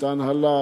את ההנהלה,